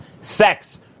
sex